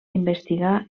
investigar